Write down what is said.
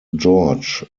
george